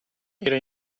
era